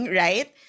right